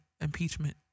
impeachment